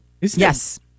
Yes